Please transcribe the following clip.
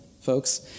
folks